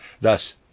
Thus